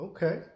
Okay